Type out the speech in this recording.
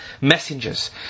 messengers